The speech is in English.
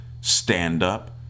Stand-Up